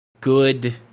good